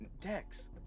Dex